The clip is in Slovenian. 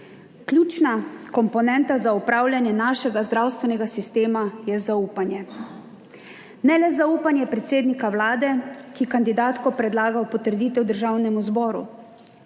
Ključna komponenta za upravljanje našega zdravstvenega sistema je zaupanje, ne le zaupanje predsednika Vlade, ki kandidatko predlaga v potrditev Državnemu zboru,